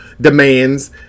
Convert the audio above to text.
demands